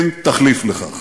אין תחליף לכך.